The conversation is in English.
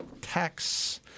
tax –